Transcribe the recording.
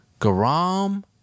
Garam